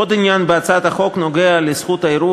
עניין נוסף בהצעת החוק נוגע לזכות הערעור